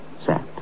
sat